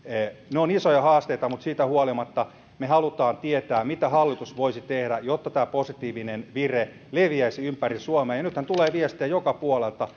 ne ovat isoja haasteita mutta siitä huolimatta me haluamme tietää mitä hallitus voisi tehdä jotta tämä positiivinen vire leviäisi ympäri suomea nythän tulee viestejä joka puolelta